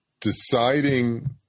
deciding